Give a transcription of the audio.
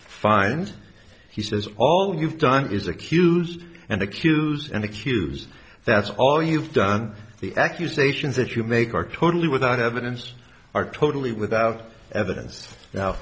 finds he says all you've done is accuse and accuse and accuse that's all you've done the accusations that you make are totally without evidence are totally without evidence